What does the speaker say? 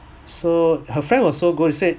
so her friend was so good he said